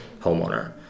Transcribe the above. homeowner